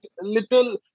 little